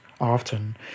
often